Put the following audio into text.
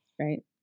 right